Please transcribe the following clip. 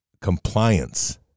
compliance